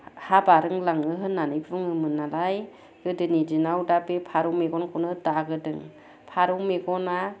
हा बारोनलाङो होननानै बुङोमोन नालाय गोदोनि दिनाव दा बे फारौ मेगनखौनो दाग्रोदों फारौ मेगना